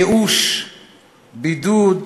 ייאוש, בידוד,